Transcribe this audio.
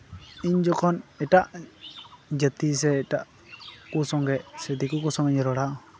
ᱤᱧ ᱡᱚᱠᱷᱚᱱ ᱮᱴᱟᱜ ᱡᱟᱹᱛᱤ ᱥᱮ ᱮᱴᱟᱜ ᱠᱚ ᱥᱚᱝᱜᱮ ᱥᱮ ᱫᱤᱠᱩ ᱠᱚ ᱥᱚᱝᱜᱮᱧ ᱨᱚᱲᱟ